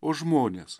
o žmonės